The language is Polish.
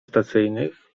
stacyjnych